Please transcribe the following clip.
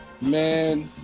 Man